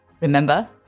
Remember